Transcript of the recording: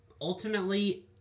ultimately